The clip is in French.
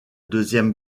deuxième